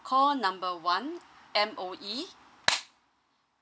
call number one M_O_E